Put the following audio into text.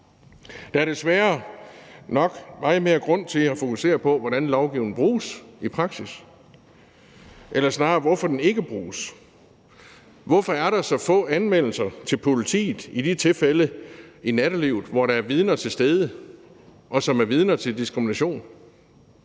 Der er desværre nok meget mere grund til at fokusere på, hvordan lovgivningen bruges i praksis, eller snarere hvorfor den ikke bruges. Hvorfor er der så få anmeldelser til politiet i de tilfælde i nattelivet, hvor der er vidner til stede, som er vidner til diskrimination?